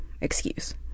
excuse